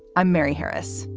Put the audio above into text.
i'm mary harris.